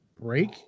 break